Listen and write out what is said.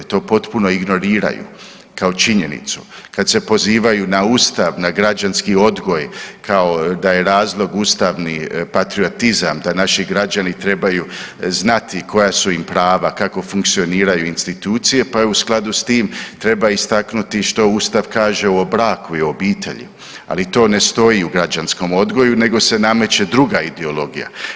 To potpuno ignoriraju kao činjenicu, kad se pozivaju na ustav, na građanski odgoj kao da je razlog ustavni patriotizam, da naši građani trebaju znati koja su im prava, kako funkcioniraju institucije, pa i u skladu s tim treba istaknuti što ustav kaže o braku i o obitelji, ali to ne stoji u građanskom odgoju nego se nameće druga ideologija.